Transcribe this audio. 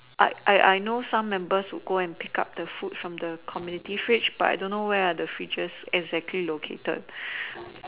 I I I know some members who go and pick up the food from the community fridge but I don't know where are the fridges exactly located